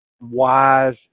wise